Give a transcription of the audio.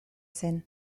zen